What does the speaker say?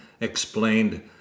explained